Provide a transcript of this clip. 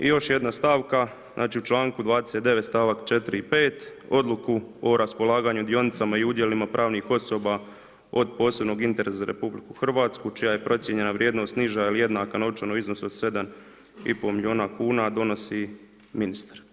I još jedna stavka, u čl.29. stavak 4 i 5 odluku o raspolaganju dionicama i udjelima pravnih osoba od posebnog interesa za RH, čija je procijenjena vrijednost niža ili jednaka novčanoj iznosi od 7,5 milijuna kuna a donosi ministar.